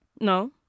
No